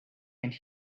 and